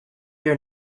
your